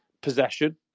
possession